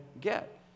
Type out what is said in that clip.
get